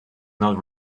not